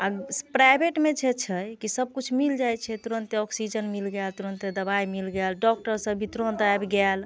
आ प्राइभेटमे जे छै कि सभ किछु मिल जाइ छै तुरन्ते ऑक्सिजन मिल जायत तुरन्ते दवाइ मिल जायत डॉक्टर सभ भी तुरन्त आबि जायत